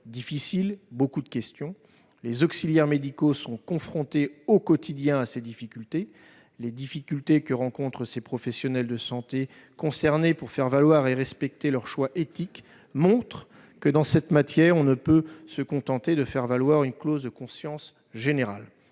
difficile et de nombreuses questions. Les auxiliaires médicaux sont confrontés à ces difficultés au quotidien. Les difficultés que rencontrent les professionnels de santé concernés pour faire valoir et respecter leurs choix éthiques montrent qu'en cette matière, on ne peut se contenter de faire valoir une clause de conscience générale.